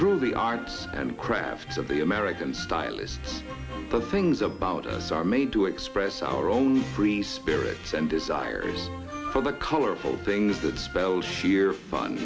through the arts and crafts of the american stylists the things about us are made to express our own free spirit and desires for the colorful things that spell sheer fun